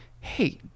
hey